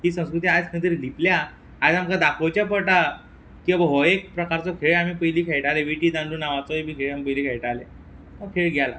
ही संस्कृती आयज खंय तरी लिपल्या आयज आमकां दाखोवचें पडटा की बाबा हो एक प्रकारचो खेळ आमी पयलीं खेळटाले विटी दांडू नांवाचोय बी खेळ आमी पयलीं खेळटाले हो खेळ गेला